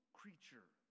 creature